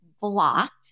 blocked